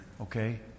okay